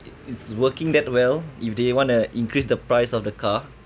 it's it's working that well if they want uh increase the price of the car